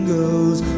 goes